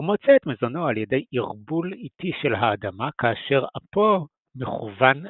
הוא מוצא את מזונו על ידי ערבול איטי של האדמה כאשר אפו מכוון לאדמה.